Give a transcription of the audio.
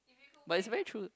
but it's very true